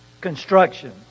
construction